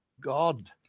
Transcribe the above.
God